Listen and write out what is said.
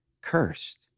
cursed